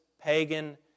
pagan